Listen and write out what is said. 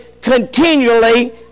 continually